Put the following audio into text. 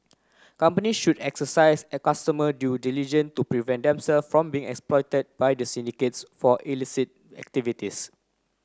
companies should exercise a customer due diligence to prevent themselves from being exploited by the syndicates for illicit activities